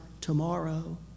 tomorrow